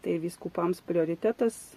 tai vyskupams prioritetas